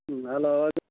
ꯎꯝ hello